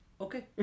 okay